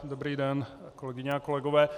Dobrý den, kolegyně a kolegové.